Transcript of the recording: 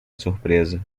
surpresa